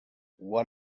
what